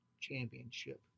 championship